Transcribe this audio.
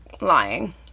lying